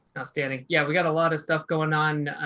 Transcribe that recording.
outstanding. yeah, we got a lot of stuff going on.